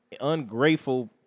ungrateful